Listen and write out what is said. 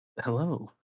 Hello